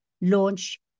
launch